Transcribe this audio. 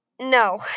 no